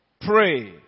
pray